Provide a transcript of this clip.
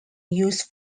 use